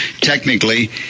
technically